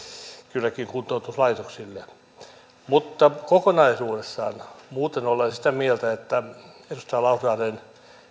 kylläkin kuntoutuslaitoksille mutta kokonaisuudessaan muuten olen sitä mieltä edustaja lauslahden